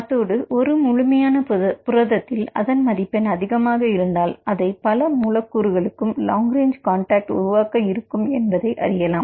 அத்தோடு ஒரு முழுமையான புரதத்தில் அதன் மதிப்பெண் அதிகமாக இருந்தால் அதை பல மூலக்கூறுகளும் லாங் ரேஞ்சு காண்டாக்ட் உருவாக்க இருக்கும் என்பதை அறியலாம்